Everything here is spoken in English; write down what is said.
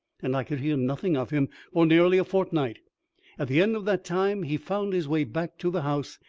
and i could hear nothing of him for nearly a fortnight at the end of that time he found his way back to the house,